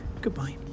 Goodbye